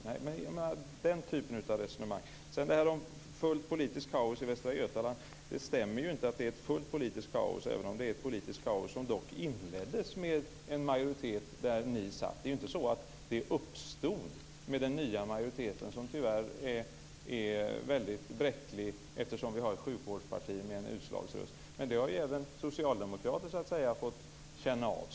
Det är den typen av resonemang. Det stämmer inte att det är fullt politiskt kaos i Västra Götaland, även om det är politiskt kaos som dock inleddes med en majoritet där socialdemokraterna fanns med. Det är inte så att det uppstod i och med den nya majoriteten som tyvärr är väldigt bräcklig, eftersom vi har ett sjukvårdsparti med en utslagsröst. Men det har ju även socialdemokraterna fått känna av.